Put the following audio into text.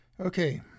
Okay